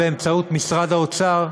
באמצעות משרד האוצר,